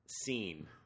scene